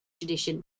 tradition